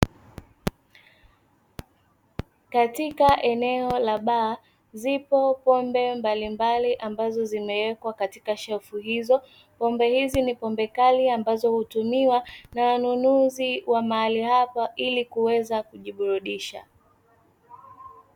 Katika eneo la baa zipo pombe mbalimbali ambazo zimewekwa katika shelfu hizo. Pombe hizi ni pombe kali ambazo hutumiwa na wanunuzi wa mahali hapa ili kuweza kujiburudisha.